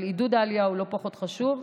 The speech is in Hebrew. אבל עידוד העלייה הוא לא פחות חשוב,